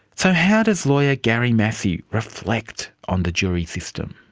so how does lawyer gary massey reflect on the jury system?